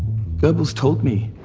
goebbels told me.